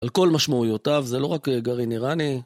על כל משמעויותיו, זה לא רק גרעין איראני.